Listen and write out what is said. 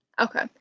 Okay